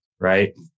right